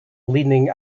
leaning